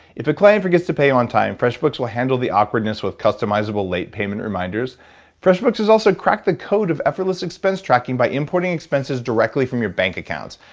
if a client forgets to pay on time, freshbooks will handle the awkwardness with customizable late payment reminders freshbooks has also cracked the code of effortless expense tracking by importing expenses directly from your back accounts.